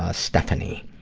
ah stephanie.